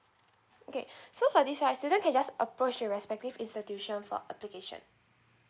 okay so for this right student can just approach the respective institution for application